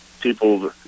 people